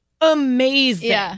amazing